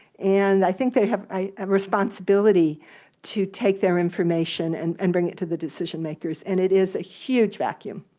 and i think they have a responsibility to take their information and and bring it to the decision makers, and it is a huge vacuum,